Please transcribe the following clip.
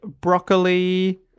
Broccoli